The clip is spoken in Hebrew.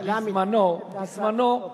הממשלה מתנגדת להצעת החוק.